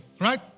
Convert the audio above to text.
right